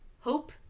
Hope